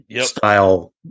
Style